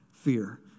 Fear